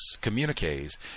communiques